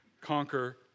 conquer